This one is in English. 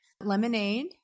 Lemonade